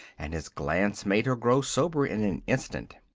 and his glance made her grow sober in an instant.